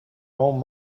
own